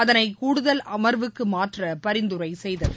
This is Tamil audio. அதனை கூடுதல் அமா்வுக்கு மாற்ற பரிந்துரை செய்தது